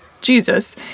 Jesus